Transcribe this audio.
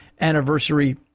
anniversary